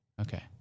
Okay